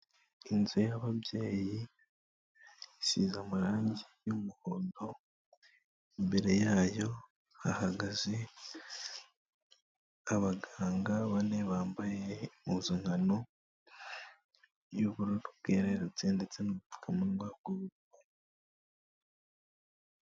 Inzu y'ababyeyi isize amarange y'umuhondo imbere yayo hahagaze abaganga bane bambaye impuzankano y'ubururu bwerurutse ndetse n'ubupfukamannwa bw'ubururu.